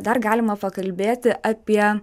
dar galima pakalbėti apie